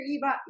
Eva